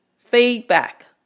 Feedback